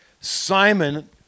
Simon